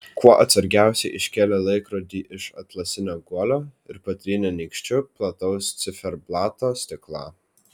kuo atsargiausiai iškėlė laikrodį iš atlasinio guolio ir patrynė nykščiu plataus ciferblato stiklą